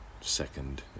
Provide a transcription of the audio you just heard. second